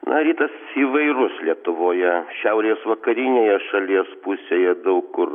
na rytas įvairus lietuvoje šiaurės vakarinėje šalies pusėje daug kur